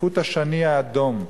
כחוט השני האדום,